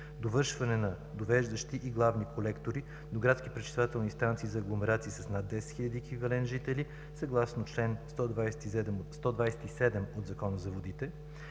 довършване на довеждащи и главни колектори до градски пречиствателни станции за агломерации с над 10 хил. еквивалент жители, съгласно чл. 127 от Закона за водите;